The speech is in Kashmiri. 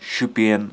شُپین